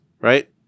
right